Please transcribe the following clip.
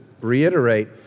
reiterate